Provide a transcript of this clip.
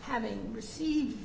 having received